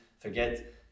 forget